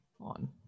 on